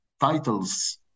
titles